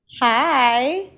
Hi